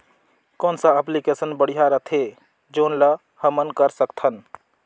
कौन सा एप्लिकेशन बढ़िया रथे जोन ल हमन कर सकथन?